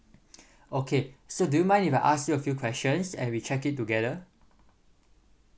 okay so do you mind if I ask you a few questions and we check it together